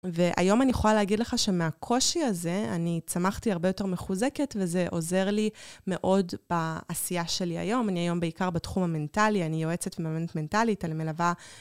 והיום אני יכולה להגיד לך שמהקושי הזה, אני צמחתי הרבה יותר מחוזקת וזה עוזר לי מאוד בעשייה שלי היום. אני היום בעיקר בתחום המנטלי, אני יועצת וממנת מנטלית, אני מלווה...